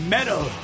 Metal